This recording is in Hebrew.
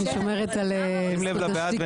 מי בעד?